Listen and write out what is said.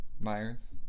Myers